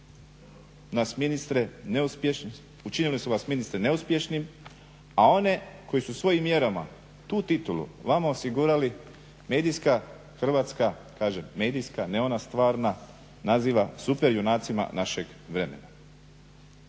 učinili su vas ministre neuspješnim, a one koji su svojim mjerama tu tituli vama osigurali, medijska Hrvatska, kažem medijska, ne ona stvarna naziva super junacima našeg vremena.